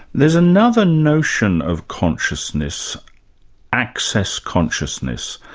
there's another notion of consciousness access consciousness,